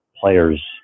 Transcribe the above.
player's